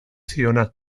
ziona